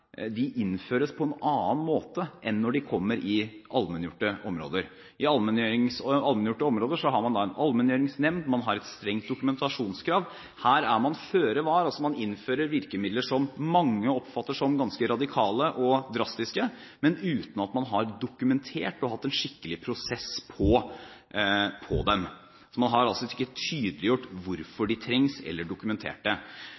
innføres på en annen måte enn når de kommer i allmenngjorte områder – i allmenngjorte områder har man en allmenngjøringsnemnd, og man har et strengt dokumentasjonskrav. Her er man føre var – man innfører virkemidler som mange oppfatter som ganske radikale og drastiske, men uten at man har dokumentert og hatt en skikkelig prosess på dem. Man har altså ikke tydeliggjort hvorfor de trengs, eller dokumentert det.